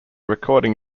recording